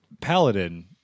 paladin